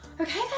okay